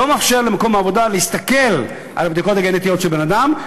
לא מאפשר למקום העבודה להסתכל על הבדיקות הגנטיות של בן-אדם,